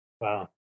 Wow